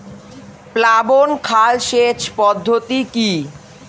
প্লাবন খাল সেচ পদ্ধতি কি?